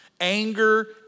anger